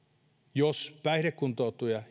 jos päihdekuntoutuja